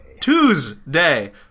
Tuesday